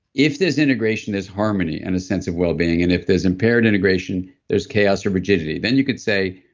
if there's integration, there's harmony and a sense of wellbeing, and if there's impaired integration, there's chaos or rigidity. then you could say,